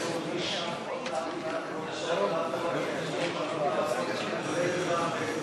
מי שבאות לעבודה רוצות לעבוד ומוכנות לעבוד ואני הולך אתך,